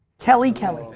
kellie kelly.